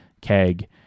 keg